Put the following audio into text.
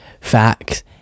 facts